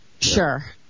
Sure